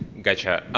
gotcha,